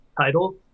title